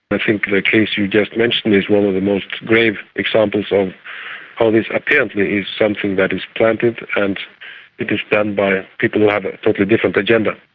but think the case you just mentioned is one of the most grave examples of how this apparently is something that is planted and it is done but by people who have a totally different agenda.